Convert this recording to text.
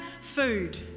Food